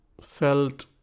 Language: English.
felt